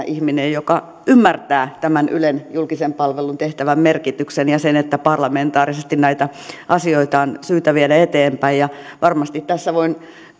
ihminen joka ymmärtää tämän ylen julkisen palvelun tehtävän merkityksen ja sen että parlamentaarisesti näitä asioita on syytä viedä eteenpäin varmasti tässä voin